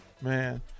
man